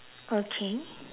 okay